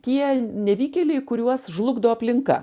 tie nevykėliai kuriuos žlugdo aplinka